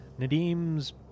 Nadim's